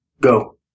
go